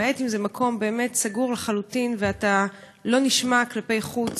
למעט אם זה מקום סגור לחלוטין ואתה לא נשמע כלפי חוץ,